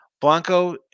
Blanco